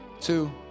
two